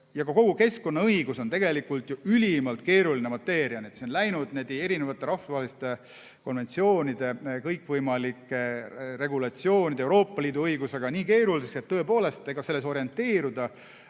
Kogu keskkonnaõigus on tegelikult ju ülimalt keeruline mateeria. See on läinud rahvusvaheliste konventsioonide, kõikvõimalike regulatsioonide ja Euroopa Liidu õigusega nii keeruliseks, et tõepoolest, selles orienteeruda